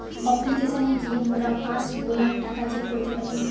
অপ্লিকেশনে গিয়ে মোরা পাস্ বইয়ের টাকা চেক করতে পারি